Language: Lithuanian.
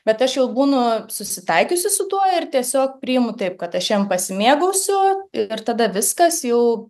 bet aš jau būnu susitaikiusi su tuo ir tiesiog priimu taip kad aš šian pasimėgausiu ir tada viskas jau